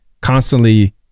constantly